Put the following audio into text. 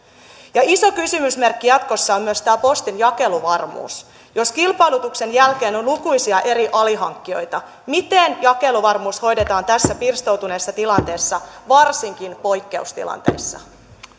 iso kysymysmerkki jatkossa on myös postin jakeluvarmuus jos kilpailutuksen jälkeen on lukuisia eri alihankkijoita miten jakeluvarmuus hoidetaan tässä pirstoutuneessa tilanteessa varsinkin poikkeustilanteissa